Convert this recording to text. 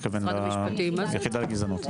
הוא מתכוון ליחידה לגזענות.